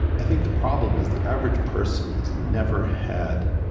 i think the problem is the average person has never had